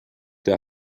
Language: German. der